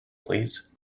please